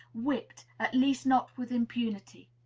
whipped at least, not with impunity.